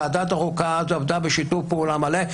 ועדת החוקה עבדה אז בשיתוף פעולה מלא,